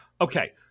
Okay